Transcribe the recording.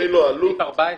והוא לוקח את המד הרגיל,